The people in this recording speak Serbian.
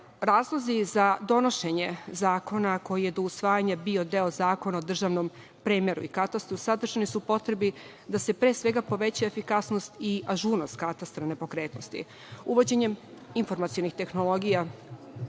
razlozi za donošenje zakona, koji je do usvajanja bio deo Zakona o državnom premeru i katastru, sadržani su u potrebi da se, pre svega, poveća efikasnost i ažurnost katastra nepokretnosti. Uvođenjem informacionih tehnologija,